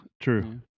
True